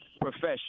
profession